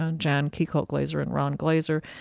ah jan kiecolt-glaser and ron glaser.